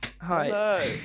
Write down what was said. Hi